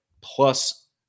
plus